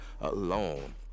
alone